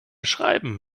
schreiben